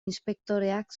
inspektoreak